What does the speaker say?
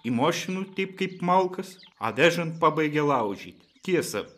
į mošinų teip kaip malkas a vežant pabaigė laužyt tiesa